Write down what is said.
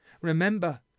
Remember